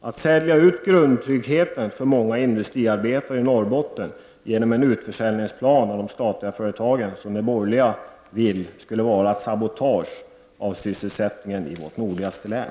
Att sälja ut grundtryggheten för många industriarbetare i Norrbotten genom en plan för utförsäljning av de statliga företagen, som de borgerliga vill, skulle vara ett sabotage mot sysselsättningen i vårt nordligaste län.